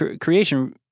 creation